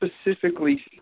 specifically